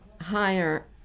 higher